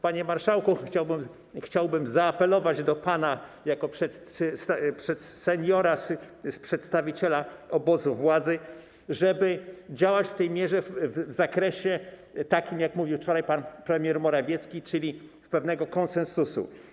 Panie marszałku, chciałbym zaapelować do pana jako seniora, przedstawiciela obozu władzy, żeby działać w tej mierze w zakresie takim, o jakim mówił wczoraj pan premier Morawiecki, czyli pewnego konsensusu.